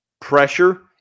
pressure